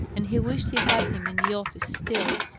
and he wished he had him in the office still.